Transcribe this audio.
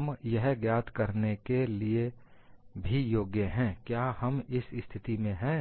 हम यह ज्ञात करने के भी योग्य हैं क्या हम इस स्थिति में है